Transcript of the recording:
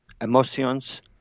emotions